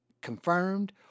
confirmed